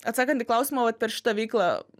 atsakant į klausimą vat per šitą veiklą